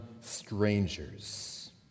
strangers